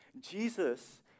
Jesus